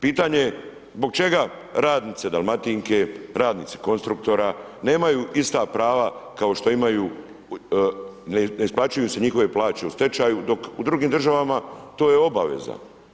Pitanje je zbog čega radnici Dalmatinske, radnici Konstruktora, nemaju ista prava kao što imaju ne isplaćuju se njihove plaće u stečaju, dok u drugim državama to je obaveza.